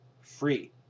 free